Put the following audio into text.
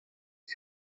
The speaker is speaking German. die